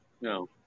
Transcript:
No